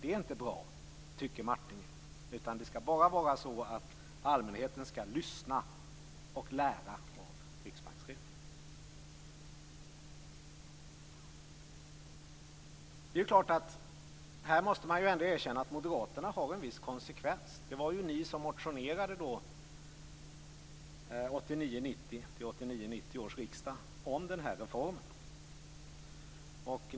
Det vore inte bra, tycker Martinger, utan allmänheten skall bara lyssna på och lära av riksbankschefen. Här måste man ändå erkänna att det är en viss konsekvens i moderaternas handlande. Det var ju ni som motionerade till 1989/90 års riksdag om denna reform.